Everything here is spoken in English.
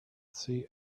see